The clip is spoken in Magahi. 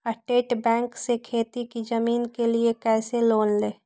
स्टेट बैंक से खेती की जमीन के लिए कैसे लोन ले?